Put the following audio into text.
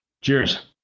Cheers